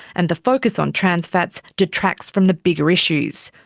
and the focus on trans fats detracts from the bigger issues.